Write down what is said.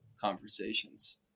conversations